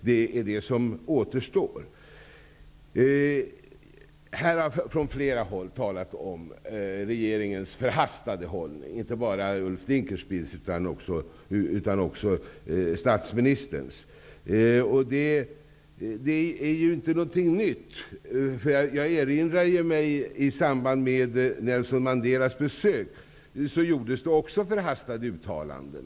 Det arbetet återstår. Det har från flera håll talats om regeringens förhastade hållning, inte bara Ulf Dinkelspiels hållning utan också statsministerns. Det är ingenting nytt. Jag erinrar mig att det också i samband med Nelson Mandelas besök gjordes förhastade uttalanden.